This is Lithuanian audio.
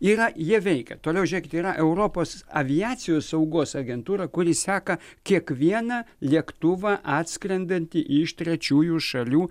yra jie veikia toliau žiūrėkit yra europos aviacijos saugos agentūra kuri seka kiekvieną lėktuvą atskrendantį iš trečiųjų šalių